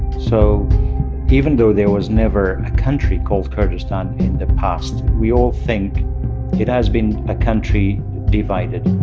so even though there was never a country called kurdistan in the past, we all think it has been a country divided.